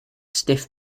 stiff